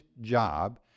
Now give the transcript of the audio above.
job